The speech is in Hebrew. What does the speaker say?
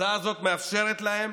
הצעה זו מאפשרת להם